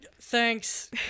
thanks